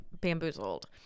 bamboozled